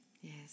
Yes